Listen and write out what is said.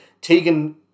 Tegan